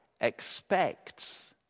expects